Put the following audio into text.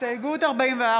איזו הסתייגות?